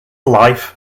life